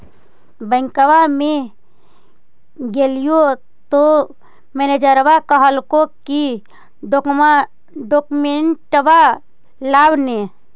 बैंकवा मे गेलिओ तौ मैनेजरवा कहलको कि डोकमेनटवा लाव ने?